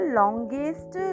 longest